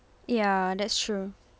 ya that's true